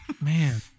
Man